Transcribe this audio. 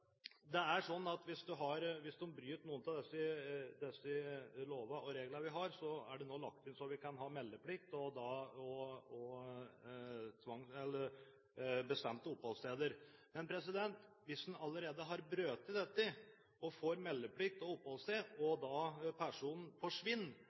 Hvis de bryter noen av de lovene og reglene vi har, er det nå lagt inn at vi kan ha meldeplikt og bestemte oppholdssteder. Men hvis en allerede har brutt dette og får meldeplikt og oppholdssted,